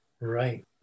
Right